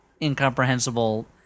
incomprehensible